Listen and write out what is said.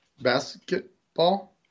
Basketball